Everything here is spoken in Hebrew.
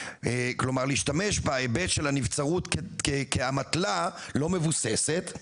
כלומר להשתמש בהיבט של הנבצרות כאמתלה לא מבוססת.